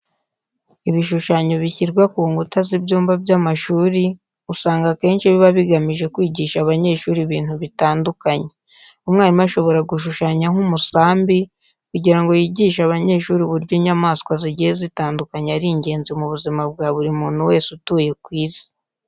Ibishushanyo bishyirwa ku nkuta z'ibyumba by'amashuri usanga akenshi biba bigamije kwigisha abanyeshuri ibintu bitandukanye. Umwarimu ashobora gushushanya nk'umusambi kugira ngo yigishe abanyeshuri uburyo inyamaswa zigiye zitandukanye ari ingenzi mu buzima bwa buri muntu wese utuye ku isi.